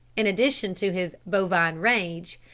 in addition to his bovine rage,